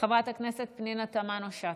חברת הכנסת פנינה תמנו שטה.